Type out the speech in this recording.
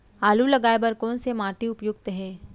आलू लगाय बर कोन से माटी उपयुक्त हे?